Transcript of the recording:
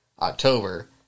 October